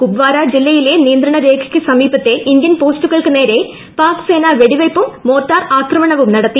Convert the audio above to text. കുപ്പാര ജില്ലയിലെ നിയന്ത്രണ രേഖയ്ക്ക് സമീപത്തെ ഇന്ത്യൻ പോസ്റ്റുകൾക്ക് നേരെ പാക്സേന വെടിവെയ്പും മോർട്ടാർ ആക്രമണവും നടത്തി